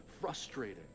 frustrating